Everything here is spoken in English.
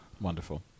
Wonderful